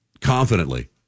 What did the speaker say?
confidently